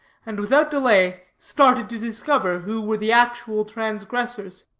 and without delay started to discover who were the actual transgressors.